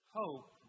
hope